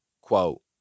Quote